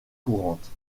courante